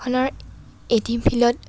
খনৰ এটিম ফিল্ডত